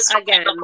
again